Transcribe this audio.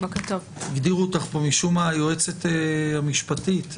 ועו"ד מיטל שפירא.